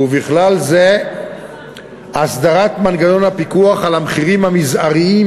ובכלל זה הסדרת מנגנון הפיקוח על המחירים המזעריים